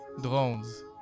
Drones